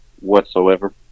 whatsoever